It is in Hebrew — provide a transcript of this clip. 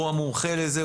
הוא המומחה לזה,